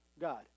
God